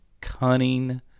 cunning